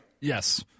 Yes